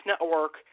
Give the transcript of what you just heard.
Network